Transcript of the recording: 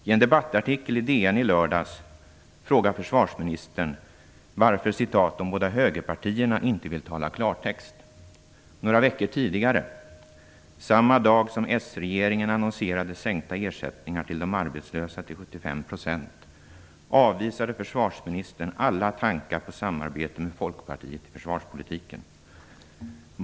I en debattartikel i DN i lördags frågar försvarsministern varför "de båda högerpartierna" inte vill tala klartext. Några veckor tidigare, samma dag som s-regeringen annonserade sänkta ersättningar till de arbetslösa till 75 %, avvisade försvarsministern alla tankar på samarbete med Folkpartiet i försvarspolitiken.